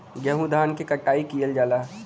गेंहू धान क कटाई कइल जाला